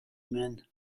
men